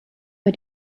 bei